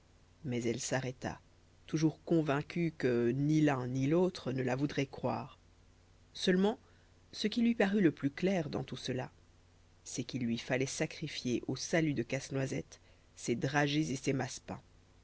mais elle s'arrêta toujours convaincue que ni l'un ni l'autre ne la voudrait croire seulement ce qui lui parut le plus clair dans tout cela c'est qu'il lui fallait sacrifier au salut de casse-noisette ses dragées et ses massepains